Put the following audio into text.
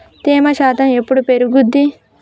తేమ శాతం ఎప్పుడు పెరుగుద్ది?